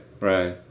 right